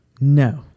No